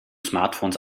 smartphones